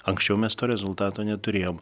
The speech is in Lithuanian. anksčiau mes to rezultato neturėjom